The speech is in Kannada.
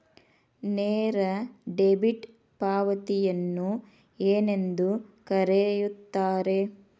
ನೇರ ಡೆಬಿಟ್ ಪಾವತಿಯನ್ನು ಏನೆಂದು ಕರೆಯುತ್ತಾರೆ?